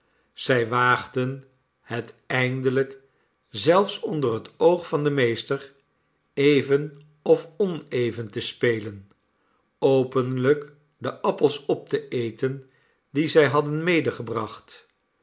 zij waagden het eindelijk zelfs onder het oog van den meester even of oneven te spelen openlijk de appels op te eten die zij hadden